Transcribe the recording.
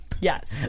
Yes